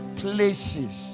places